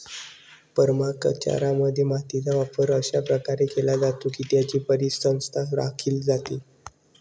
परमाकल्चरमध्ये, मातीचा वापर अशा प्रकारे केला जातो की त्याची परिसंस्था राखली जाते